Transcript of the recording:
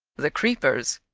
the creepers,